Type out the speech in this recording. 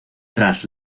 tras